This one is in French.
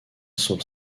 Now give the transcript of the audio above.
sont